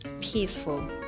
peaceful